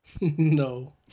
No